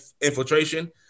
infiltration